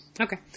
Okay